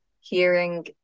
hearing